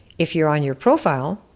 if you're on your profile,